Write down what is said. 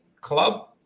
club